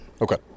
Okay